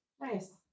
Nice